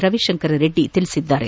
ರವಿಶಂಕರ್ ರೆಡ್ಡಿ ತಿಳಿಸಿದ್ದಾರೆ